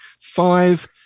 five